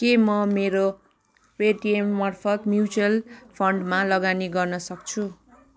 के म मेरो पेटिएममार्फत् म्युचुअल फन्डमा लगानी गर्न सक्छु